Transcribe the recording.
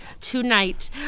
tonight